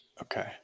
Okay